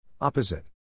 Opposite